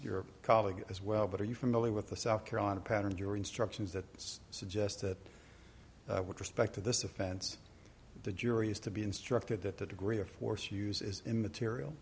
your colleague as well but are you familiar with the south carolina pattern your instructions that suggest it would respect to this offense the jury is to be instructed that the degree of force use is immaterial